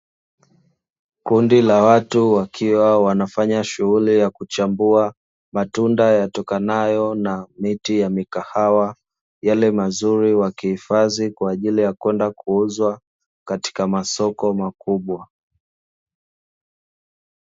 Kundi la watu wakiwa wanafanya shughuli ya kuchambua matunda yatokanayo na miti ya mikahawa, yale mazuri wakihifadhi kwa ajili ya kwenda kuuzwa katika masoko makubwa.